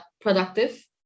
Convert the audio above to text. productive